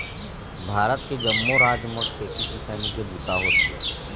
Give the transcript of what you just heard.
भारत के जम्मो राज म खेती किसानी के बूता होथे